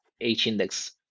h-index